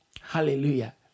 Hallelujah